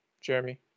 Jeremy